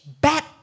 bad